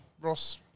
Ross